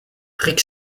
rick